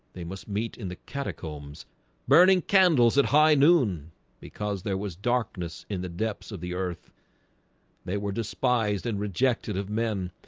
they must meet in the catacombs burning candles at high noon because there was darkness in the depths of the earth they were despised and rejected of men.